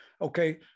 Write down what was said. okay